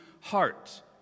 heart